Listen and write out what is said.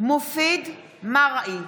אני מופיד מרעי,